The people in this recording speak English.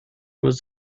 was